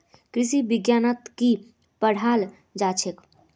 कृषि विज्ञानत की पढ़ाल जाछेक